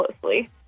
closely